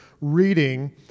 reading